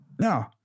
No